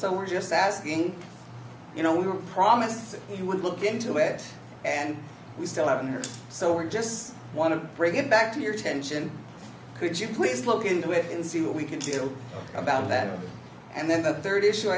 so we're just asking you know we were promised you would look into it and we still haven't heard so we just want to bring it back to your attention could you please look into it and see what we can do about that and then the third issue